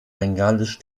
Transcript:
bengalisch